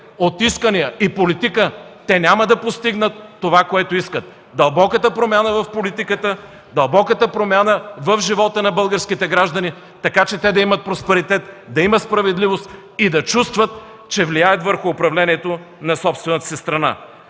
от искания и политика, те няма да постигнат това, което искат – дълбока промяна в политиката и в живота на българските граждани така, че да има просперитет, да има справедливост и да чувстват, че влияят върху управлението на собствената си страна.